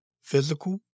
physical